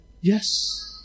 Yes